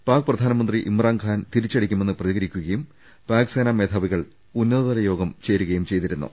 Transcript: പാക് പ്രധാനമന്ത്രി ഇമ്രാൻഖാൻ തിരിച്ചടിക്കുമെന്ന് പ്രതി കരിക്കുകയും പാക് സേനാ മേധാവികൾ ഉന്നതതല യോഗം നട ത്തുകയും ചെയ്തിരുന്നു